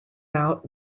out